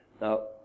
Now